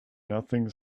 nothing